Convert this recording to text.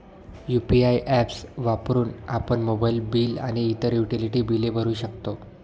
UPI apps वापरून आपण mobile bill आणि इतर युटिलिटी बिले भरू शकतो